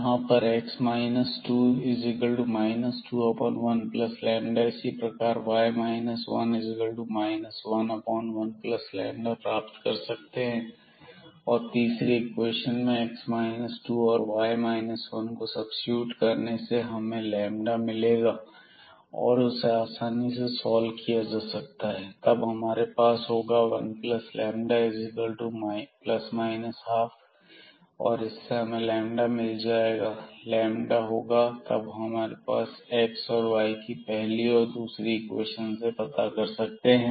यहां पर x 2 21λ इसी प्रकार हम y 1 11λ प्राप्त कर सकते हैं और तीसरी इक्वेशन में x 2 और y 1 को सब्सीट्यूट करने से हमें मिलेगा और उसे आसानी से सॉल्व किया जा सकता है तब हमारे पास होगा 1λ±12 और इससे हमें मिल जाएगा जब हमारे पास होगा तब हम x और y पहली और दूसरी इक्वेशन से पता कर सकते हैं